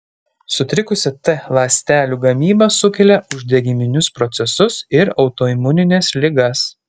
sutrikusi t ląstelių gamyba sukelia uždegiminius procesus ir autoimunines ligas